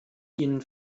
ihnen